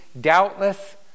doubtless